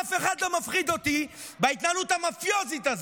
אף אחד לא מפחיד אותי בהתנהלות המאפיוזית הזאת.